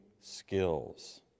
skills